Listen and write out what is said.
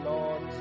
Lord